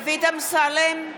(קוראת בשמות חברי הכנסת) דוד אמסלם,